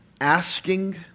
asking